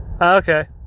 Okay